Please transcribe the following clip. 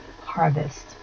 harvest